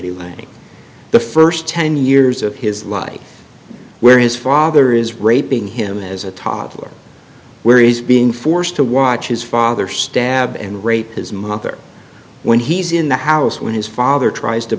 landing the first ten years of his life where his father is ray being him as a toddler where he's being forced to watch his father stab and rape his mother when he's in the house when his father tries to